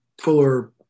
fuller